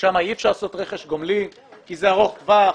ששם אי אפשר לעשות רכש גומלין כי זה ארוך טווח,